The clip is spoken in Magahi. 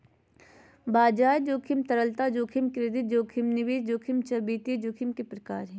बाजार जोखिम, तरलता जोखिम, क्रेडिट जोखिम, निवेश जोखिम सब वित्तीय जोखिम के प्रकार हय